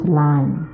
line